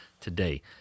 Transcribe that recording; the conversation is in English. today